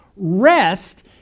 Rest